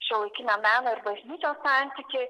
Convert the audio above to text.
šiuolaikinio meno ir bažnyčios santykį